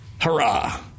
Hurrah